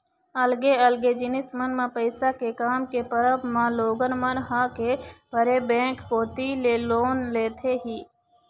अलगे अलगे जिनिस मन म पइसा के काम के परब म लोगन मन ह के परे बेंक कोती ले लोन लेथे ही